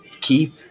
keep